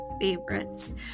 favorites